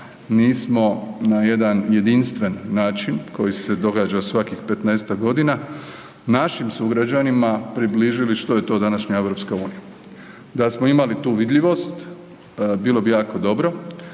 mi smo na jedan jedinstven način, koji se događa svakih 15-tak godina, našim sugrađanima približili što je to današnja EU. Da smo imali tu vidljivost, bilo bi jako dobro,